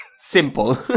simple